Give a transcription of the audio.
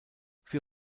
für